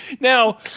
Now